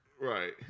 Right